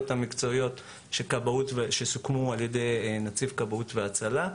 המקצועיות שסוכמו על ידי נציב כבאות והצלה.